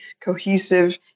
cohesive